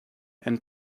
and